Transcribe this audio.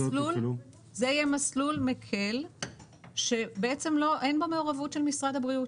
זה יהיה מסלול מקל שבעצם אין בו מעורבות של משרד הבריאות.